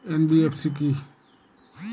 NBFC কী?